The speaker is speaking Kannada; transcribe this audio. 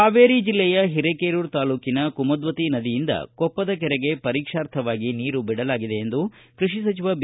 ಹಾವೇರಿ ಜಿಲ್ಲೆಯ ಹಿರೇಕೆರೂರ ತಾಲ್ಲೂಕಿನ ಕುಮದ್ವತಿ ನದಿಯಿಂದ ಕೊಪ್ಪದ ಕೆರೆಗೆ ಪರೀಕ್ಷಾರ್ಥವಾಗಿ ನೀರು ಬಿಡಲಾಗಿದೆ ಎಂದು ಕೃಷಿ ಸಚಿವ ಬಿ